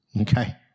okay